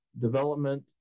development